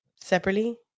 separately